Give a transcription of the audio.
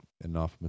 enough